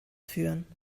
führen